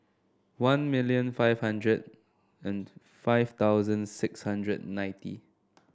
one million five hundred and five thousand six hundred and ninety